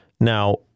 now